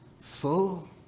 full